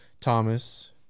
Thomas